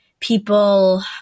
people